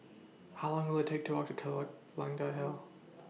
How Long Will IT Take to Walk to Telok Blangah Hill